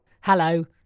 Hello